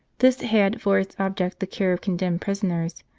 this had for its object the care of condemned prisoners,